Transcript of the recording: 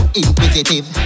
inquisitive